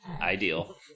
Ideal